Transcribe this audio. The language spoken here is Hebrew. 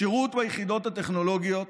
השירות ביחידות הטכנולוגיות,